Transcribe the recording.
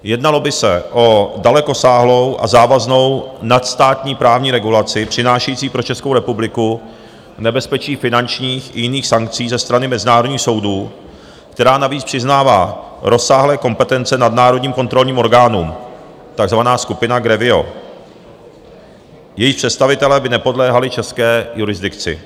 Jednalo by se o dalekosáhlou a závaznou nadstátní právní regulaci přinášející pro Českou republiku nebezpečí finančních i jiných sankcí ze strany mezinárodních soudů, která navíc přiznává rozsáhlé kompetence nadnárodním kontrolním orgánům, takzvané skupině GREVIO, jejíž představitelé by nepodléhali české jurisdikci.